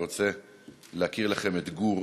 אני רוצה להכיר לכם את גור.